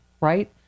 Right